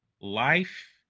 life